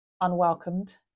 unwelcomed